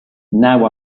now